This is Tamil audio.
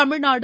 தமிழ்நாடு